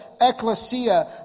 ecclesia